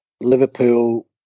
Liverpool